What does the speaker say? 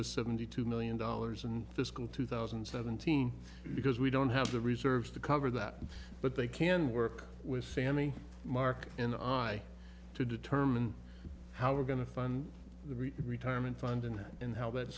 the seventy two million dollars in fiscal two thousand and seventeen because we don't have the reserves to cover that but they can work with sammy mark and i to determine how we're going to fund the retirement fund and and how that